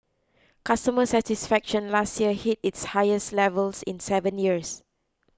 customer satisfaction last year hit its highest levels in seven years